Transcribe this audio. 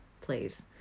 Please